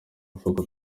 mifuka